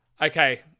Okay